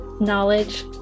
knowledge